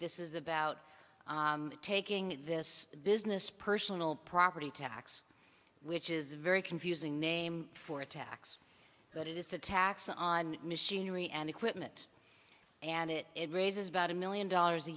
this is about taking this business personal property tax which is a very confusing name for a tax but it is a tax on machinery and equipment and it it raises about a million dollars a